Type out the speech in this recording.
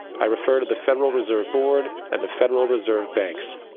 i refer to the federal reserve board and the federal reserve banks.